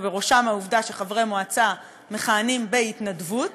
ובראשם העובדה שחברי מועצה מכהנים בהתנדבות,